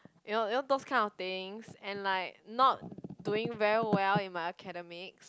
you know you know those kind of things and like not doing very well in my academic